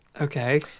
Okay